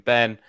Ben